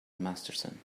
masterson